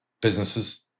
businesses